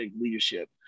leadership